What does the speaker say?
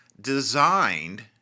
designed